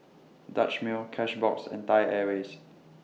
Dutch Mill Cashbox and Thai Airways